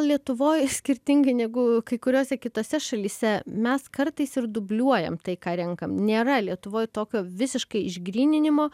lietuvoj skirtingai negu kai kuriose kitose šalyse mes kartais ir dubliuojam tai ką renkam nėra lietuvoj tokio visiškai išgryninimo